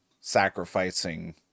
sacrificing